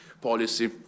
policy